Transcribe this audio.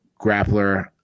grappler